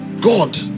god